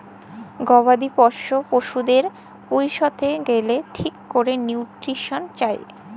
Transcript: গবাদি পশ্য পশুদের পুইসতে গ্যালে ঠিক ক্যরে লিউট্রিশল চায়